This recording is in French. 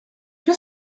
que